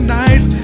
nights